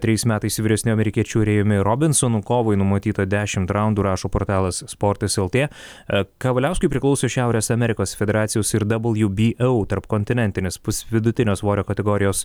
trejais metais vyresniu amerikiečiu rėjumi robinsonu kovai numatyta dešimt raundų rašo portalas sportas eltė kavaliauskui priklauso šiaurės amerikos federacijos ir dabal ju by ou tarpkontinentinis pusvidutinio svorio kategorijos